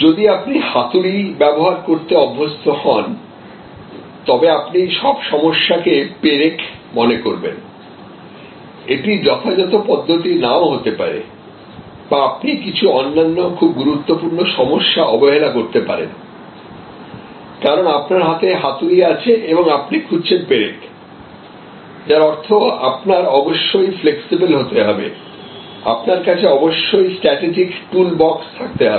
যদি আপনি হাতুড়ি ব্যবহার করতে অভ্যস্ত হন তবে আপনি সব সমস্যাকে পেরেক মনে করবেন এটি যথাযথ পদ্ধতি নাও হতে পারে বা আপনি কিছু অন্যান্য খুব গুরুত্বপূর্ণ সমস্যা অবহেলা করতে পারেন কারণ আপনার হাতে হাতুড়ি আছে এবং আপনি খুঁজছেন পেরেক যার অর্থ আপনার অবশ্যই ফ্লেক্সিবল হতে হবে আপনার কাছে অবশ্যই স্ট্র্যাটেজিক টুল বাক্স থাকতে হবে